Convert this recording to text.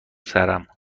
سرم